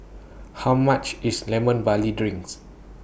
How much IS Lemon Barley Drinks